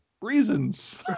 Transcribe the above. reasons